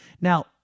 Now